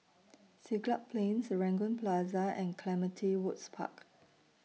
Siglap Plain Serangoon Plaza and Clementi Woods Park